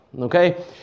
Okay